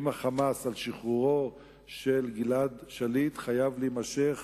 לבין ה"חמאס" על שחרורו של גלעד שליט חייבת להימשך